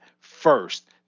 first